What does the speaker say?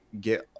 get